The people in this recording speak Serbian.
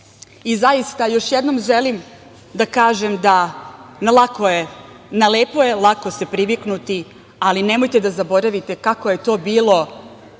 Zaista, još jednom želim da kažem da na lepo je lako se priviknuti, ali nemojte da zaboravite kako je to bilo